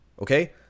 okay